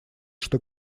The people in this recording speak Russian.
что